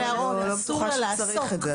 גם אם לא ביקשו ממנה להראות, אסור לה לעסוק.